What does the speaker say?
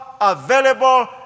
available